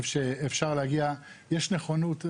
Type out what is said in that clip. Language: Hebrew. יש נכונות,